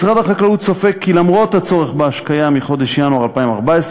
משרד החקלאות צופה כי למרות הצורך בהשקיה מחודש ינואר 2014,